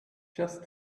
just